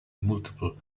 multiple